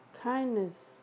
Kindness